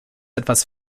etwas